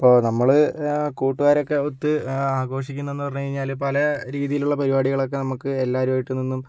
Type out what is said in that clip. ഇപ്പോൾ നമ്മൾ കൂട്ടുക്കാരൊക്കെ ഒത്ത് ആഘോഷിക്കുന്നതെന്ന് പറഞ്ഞു കഴിഞ്ഞാൽ പല രീതിയിലുള്ള പരിപാടികളൊക്കെ നമ്മൾക്ക് എല്ലാവരുമായിട്ട് നിന്നും